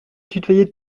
tutoyait